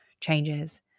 changes